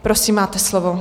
Prosím, máte slovo.